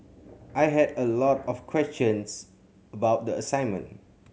I had a lot of questions about the assignment